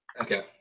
Okay